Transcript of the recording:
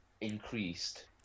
increased